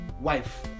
wife